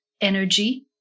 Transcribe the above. energy